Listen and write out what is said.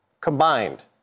combined